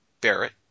Barrett